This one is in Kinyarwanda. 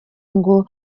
ngo